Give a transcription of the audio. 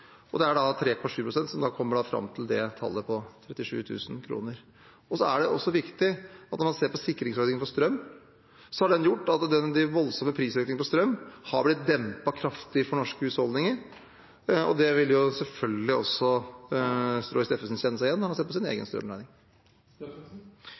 Det er 3,7 pst. som da gjør at man kommer fram til det tallet på 37 000 kr. Så er det også viktig at når man ser på sikringsordningen for strøm, har den gjort at den voldsomme prisøkningen på strøm har blitt dempet kraftig for norske husholdninger. Det vil selvfølgelig også Roy Steffensen kjenne seg igjen i når han ser på sin